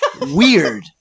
Weird